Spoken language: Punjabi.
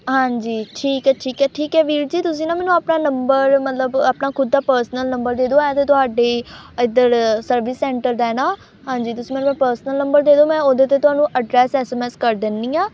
ਹਾਂਜੀ ਠੀਕ ਹੈ ਠੀਕ ਹੈ ਠੀਕ ਹੈ ਵੀਰ ਜੀ ਤੁਸੀਂ ਨਾ ਮੈਨੂੰ ਆਪਣਾ ਨੰਬਰ ਮਤਲਬ ਆਪਣਾ ਖ਼ੁਦ ਦਾ ਪਰਸਨਲ ਨੰਬਰ ਦੇ ਦਿਓ ਇਹ ਤਾਂ ਤੁਹਾਡੀ ਇੱਧਰ ਸਰਵਿਸ ਸੈਂਟਰ ਦਾ ਹੈ ਨਾ ਹਾਂਜੀ ਤੁਸੀਂ ਮੈਨੂੰ ਆਪਣਾ ਪਰਸਨਲ ਨੰਬਰ ਦੇ ਦਿਓ ਮੈਂ ਉਹਦੇ 'ਤੇ ਤੁਹਾਨੂੰ ਅਡਰੈੱਸ ਐਸਮੈੱਸ ਕਰ ਦਿੰਦੀ ਹਾਂ